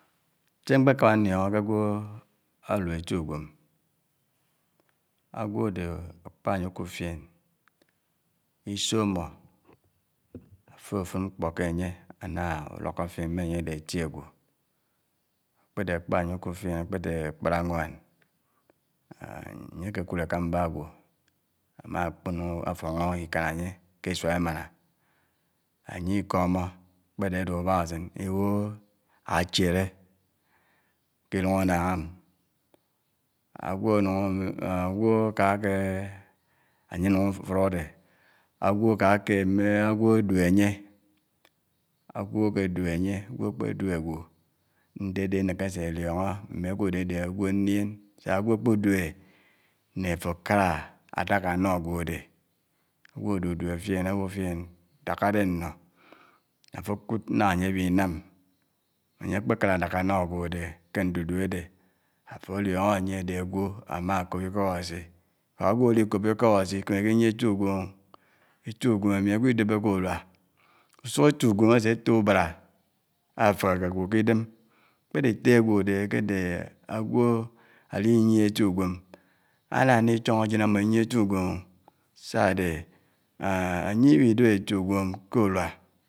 Sè mkpè kámá ndiòngò kè ágwò álu éti uwèm, ágwò ádè ákpà ányè ikud fién, isò ámò, áfurò fud mkpò kènyè áná ulòkò fién mé ányè ádé éti ágwò, kpédé ákpá ányè ukud fièn, kpèdè ákpárá áwán ányé áké kud ékàmbà ágwò má ákpòn áfungò ikán ányè kè isuá èmáná, ányè ikòmmò, kpèdè ádè ubàhàsèn ányè ikòmmò ibò áchièlè ké ilóng ánnáng m. Ágwò ánuk ágwò áká ákè, ányè ánung áfudò ádè, ágwò áká ákè mè ágwò áduè ányè, ágwò ákpè duè ágwò ndè ádè ánèkè ásè liòngò mé ágwò ádè ádè ágwò ndién, sáágwò ákpuduè nè àfò ákàrà, ádàkà ánò ágwò ádè uduè fién, ábò fién dáká dè nnò, àfò ákud nà ányè ábinám ányè ákpè kárá ádàkà ánò ágwò ádè kè ndudué ádè àfò liòngò ányè dè ágwò ámákòb ikó Ábási, ágwò álikòbò ikò Ábási ikémèkè niè èti uwèm o, èti uwèm ámi ágwò idèpè kè uduá, usuk èti uwèm ásè tò ubárá áfèhèkè ágwò k'idém kpèdè ettè ágwò ádè ákè dè ágwò ádi nyènè èti uwèm, áná nè chòng áyèn ámò inyè èti uwèm o sá ádè ányè ibihe dèp èti uwèm k'uduá